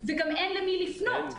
אין למי לפנות.